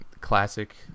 classic